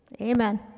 Amen